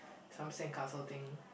some sandcastle thing